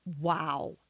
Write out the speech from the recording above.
Wow